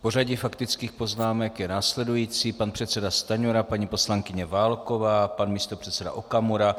Pořadí faktických poznámek je následující: pan předseda Stanjura, paní poslankyně Válková, pan místopředseda Okamura.